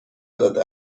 داده